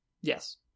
yes